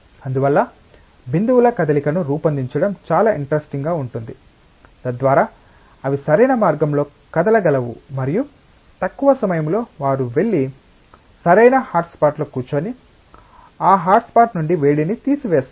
అందువల్ల బిందువుల కదలికను రూపొందించడం చాలా ఇంటరెస్టింగ్ గా ఉంటుంది తద్వారా అవి సరైన మార్గంలో కదలగలవు మరియు తక్కువ సమయంలో వారు వెళ్లి సరైన హాట్స్పాట్లో కూర్చుని ఆ హాట్స్పాట్ నుండి వేడిని తీసివేస్తారు